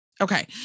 Okay